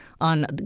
on